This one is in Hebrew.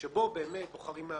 שבו בוחרים מאמנים,